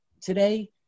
Today